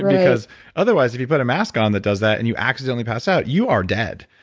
because otherwise, if you put a mask on that does that and you accidentally pass out, you are dead.